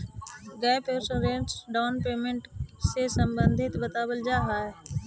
gap insurance down payment से संबंधित बतावल जाऽ हई